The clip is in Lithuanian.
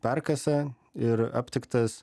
perkasa ir aptiktas